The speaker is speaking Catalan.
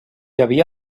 havia